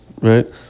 right